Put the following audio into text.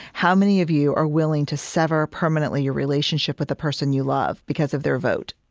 how many of you are willing to sever permanently your relationship with the person you love, because of their vote?